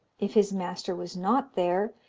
if his master was not there,